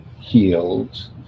healed